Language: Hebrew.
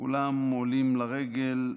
כולם עולים לרגל,